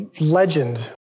legend